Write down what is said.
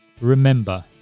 remember